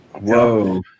Whoa